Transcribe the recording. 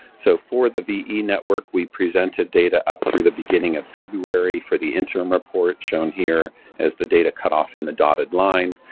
so, for the ve network, we presented data up through the beginning of february for the interim report shown here as the data cut off in the dotted line.